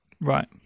Right